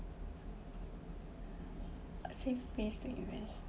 safe place to invest